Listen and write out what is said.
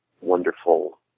wonderful